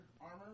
armor